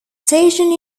stationed